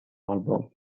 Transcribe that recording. album